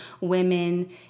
women